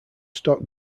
stock